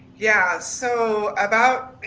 yeah, so about,